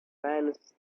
fans